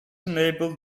enabled